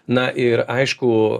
na ir aišku